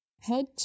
Head